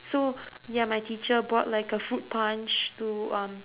so ya my teacher bought like a fruit punch to um